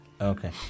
Okay